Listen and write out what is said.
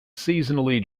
seasonally